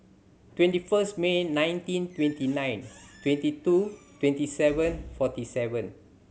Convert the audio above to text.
twenty first May nineteen twenty nine twenty two twenty seven forty seven